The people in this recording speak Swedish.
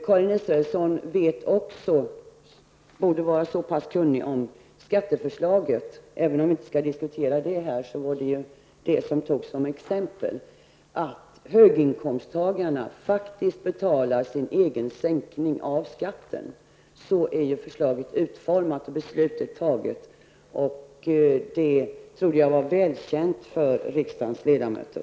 Karin Israelsson borde vara så pass kunnig om skatteförslaget -- även om vi här inte skall diskutera detta togs det som exempel -- att hon vet att höginkomsttagarna faktiskt betalar sänkningen av den egna skatten. Så är förslaget utformat, och beslutet är fattat. Det trodde jag var väl känt för riksdagens ledamöter.